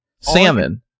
salmon